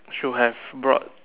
should have brought